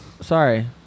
sorry